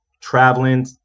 traveling